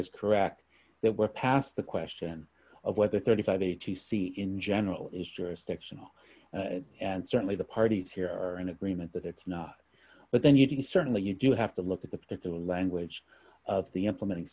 is correct that we're past the question of whether thirty five a t c in general is jurisdictional and certainly the parties here are in agreement that it's not but then you can certainly you do have to look at the particular language of the implementing